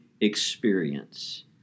experience